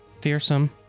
Fearsome